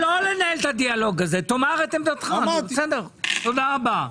תודה רבה.